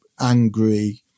angry